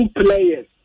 players